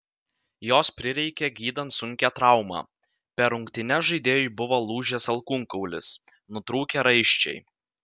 jos prireikė gydant sunkią traumą per rungtynes žaidėjui buvo lūžęs alkūnkaulis nutrūkę raiščiai